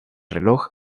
reloj